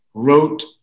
wrote